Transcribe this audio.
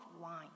wine